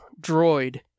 droid